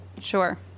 Sure